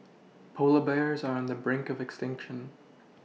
polar bears are on the brink of extinction